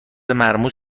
مرموز